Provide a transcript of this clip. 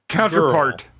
Counterpart